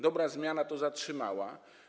Dobra zmiana to zatrzymała.